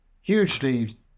hugely